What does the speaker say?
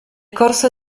corso